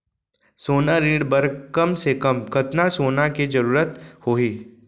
सोना ऋण बर कम से कम कतना सोना के जरूरत होही??